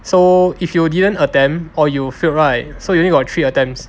so if you didn't attempt or you failed right so you only got three attempts